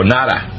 Nada